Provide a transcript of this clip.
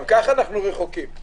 גם ככה אנחנו רחוקים.